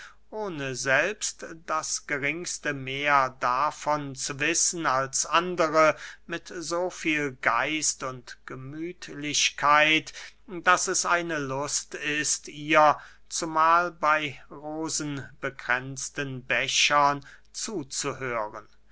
ohne selbst das geringste mehr davon zu wissen als andere mit so viel geist und gemüthlichkeit daß es eine lust ist ihr zumahl bey rosenbekränzten bechern zuzuhören